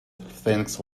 thanks